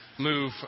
move